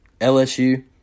LSU